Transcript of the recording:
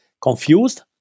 confused